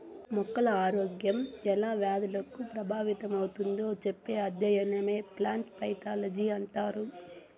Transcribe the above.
మొక్కల ఆరోగ్యం ఎలా వ్యాధులకు ప్రభావితమవుతుందో చెప్పే అధ్యయనమే ప్లాంట్ పైతాలజీ అంటారు